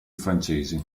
francesi